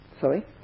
Sorry